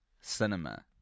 cinema